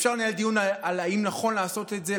אפשר לנהל דיון אם נכון לעשות את זה,